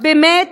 באמת,